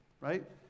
right